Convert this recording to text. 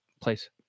place